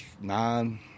nine